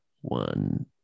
one